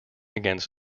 against